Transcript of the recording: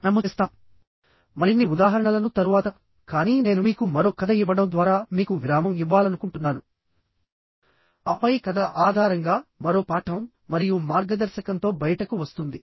మనము చేస్తాం మరిన్ని ఉదాహరణలను తరువాత కానీ నేను మీకు మరో కథ ఇవ్వడం ద్వారా మీకు విరామం ఇవ్వాలనుకుంటున్నాను ఆపై కథ ఆధారంగా మరో పాఠం మరియు మార్గదర్శకంతో బయటకు వస్తుంది